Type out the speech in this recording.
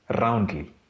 roundly